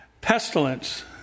Pestilence